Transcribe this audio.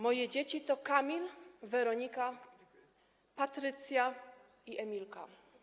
Moje dzieci to Kamil, Weronika, Patrycja i Emilka.